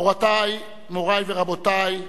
מורי ורבותי,